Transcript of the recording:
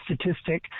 statistic